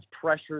pressure